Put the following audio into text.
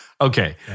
Okay